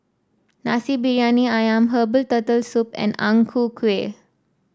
Nasi Briyani ayam Herbal Turtle Soup and Ang Ku Kueh